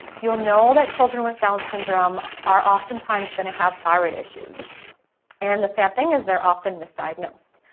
you'll know that children with downs syndrome are oftentimes gonna have thyroid issues and the sad thing is they're often misdiagnosed